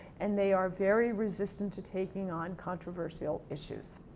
and, they are very resistant to taking on controversial issues.